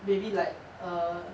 maybe like err